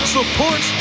Support